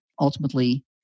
Ultimately